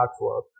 artwork